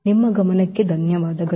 ನಿಮ್ಮ ಗಮನಕ್ಕೆ ಧನ್ಯವಾದಗಳು